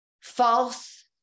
false